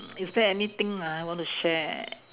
is there anything I want to share